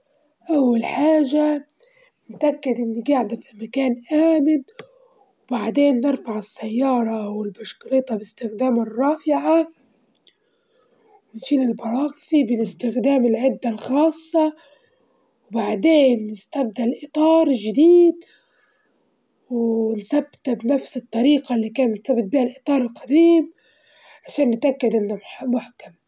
أول حاجة أحط السكر والزيت مع التحي، بعدين نضيف الدجيج والبيكنج باودر مع الفانيليا مع الحليب ونخلطهم بشكل جيد، ونصب الخليط في قاعنا المدهون ونحطوها في الفرن على درجة مية وتمانين درجة لمدة تلاتين دجيجة من تلاتين دجيجة لأربعين دجيجة.